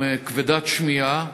כבדת שמיעה,